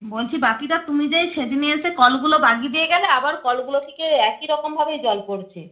বলছি বাপি দা তুমি যে এই সেদিনে এসে কলগুলো লাগিয়ে দিয়ে গেলে আবার কলগুলো থেকে একই রকমভাবেই জল পড়ছে